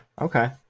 Okay